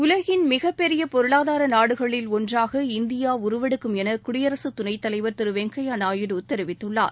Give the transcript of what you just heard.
உலகின் மிகப்பெரிய பொருளாதார நாடுகளில் ஒன்றாக இந்தியா உருவெடுக்கும் என குடியரசுத் துணைத்தலைவர் திரு வெங்கையா நாயுடு தெரிவித்துள்ளார்